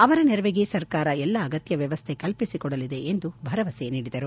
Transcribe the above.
ಅವರ ನೆರವಿಗೆ ಸರ್ಕಾರ ಎಲ್ಲ ಅಗತ್ಯ ವ್ಯವಸ್ಥೆ ಕಲ್ಲಿಸಿಕೊಡಲಿದೆ ಎಂದು ಭರವಸೆ ನೀಡಿದರು